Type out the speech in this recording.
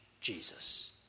Jesus